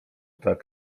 tak